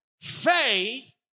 faith